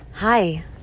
Hi